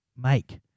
make